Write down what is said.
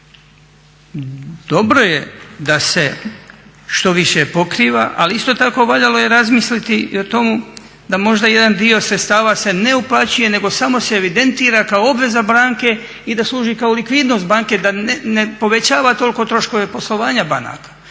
Dobro je da se što više pokriva, ali isto tako valjalo je razmisliti i o tome da možda jedan dio sredstava se ne uplaćuje nego samo se evidentira kao obveza banke i da služi kao likvidnost banke, da ne povećava toliko troškove poslovanja banaka.